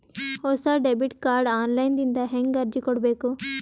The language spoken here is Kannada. ಹೊಸ ಡೆಬಿಟ ಕಾರ್ಡ್ ಆನ್ ಲೈನ್ ದಿಂದ ಹೇಂಗ ಅರ್ಜಿ ಕೊಡಬೇಕು?